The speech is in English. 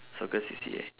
soccer C_C_A